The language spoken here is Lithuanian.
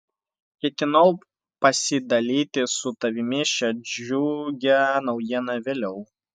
ketinau pasidalyti su tavimi šia džiugia naujiena vėliau